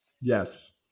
Yes